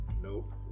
Nope